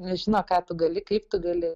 nežino ką tu gali kaip tu gali